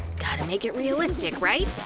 gotta make it realistic, right?